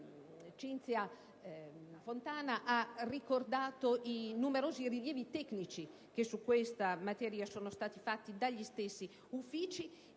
Cinzia Fontana ha ricordato i numerosi rilievi tecnici che su questa materia sono stati fatti dagli stessi Uffici